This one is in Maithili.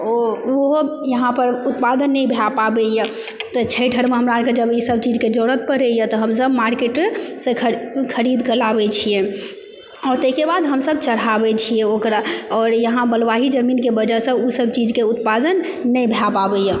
ओ ओहो यहाँ पर उत्पादन नहि भए पाबैए तऽ छठि आरमे जब हमरा आरके ई सब चीजके जब जरूरत पड़ैए तऽ हमसब मार्केटसँ खरीदके लाबए छिऐ आओर ताहिके बाद हमसब चढ़ाबए छिऐ ओकरा आओर यहाँ बलुआही जमीनके वजहसँ ओ सब चीजके उत्पादन नहि भए पाबैए